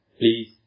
Please